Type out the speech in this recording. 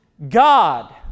God